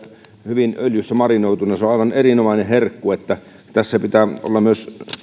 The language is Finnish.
hyvin öljyssä marinoituna se on aivan erinomainen herkku niin että tässä pitää